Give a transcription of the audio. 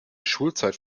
schulzeit